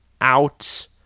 out